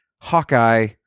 Hawkeye